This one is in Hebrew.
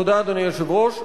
תודה, אדוני היושב-ראש.